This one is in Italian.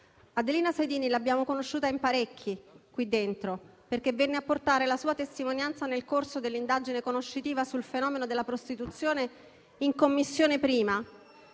Adelina Sejdini l'abbiamo conosciuta in parecchi in questa sede, perché venne a portare la sua testimonianza nel corso dell'indagine conoscitiva sul fenomeno della prostituzione in 1a Commissione e